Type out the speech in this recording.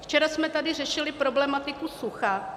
Včera jsme tady řešili problematiku sucha.